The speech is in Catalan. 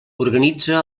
organitza